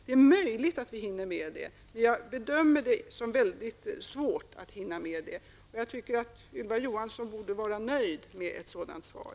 Det är möjligt att vi hinner med det, men jag bedömer det som väldigt svårt att hinna med. Jag tycker att Ylva Johansson borde vara nöjd med ett sådant svar.